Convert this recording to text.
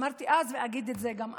אמרתי אז ואגיד את זה גם עכשיו: